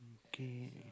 okay